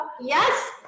Yes